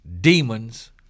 demons